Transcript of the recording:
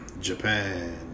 Japan